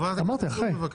אני